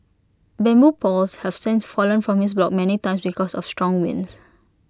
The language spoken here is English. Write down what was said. bamboo poles have since fallen from his block many times because of strong winds